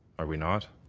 are we not?